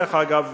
דרך אגב,